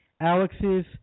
Alex's